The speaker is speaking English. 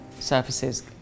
surfaces